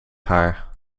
haar